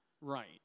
right